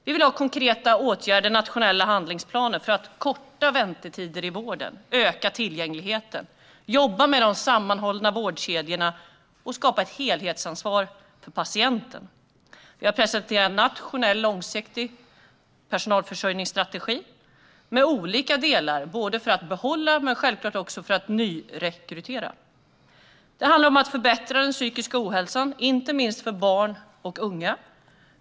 Vi vill ha konkreta åtgärder och nationella handlingsplaner för att korta väntetider i vården, öka tillgängligheten, jobba med de sammanhållna vårdkedjorna och skapa ett helhetsansvar för patienten. Vi har presenterat en nationell långsiktig personalförsörjningsstrategi med olika delar både för att behålla och för att nyrekrytera. Det handlar om att minska den psykiska ohälsan, inte minst bland barn och unga.